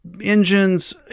Engines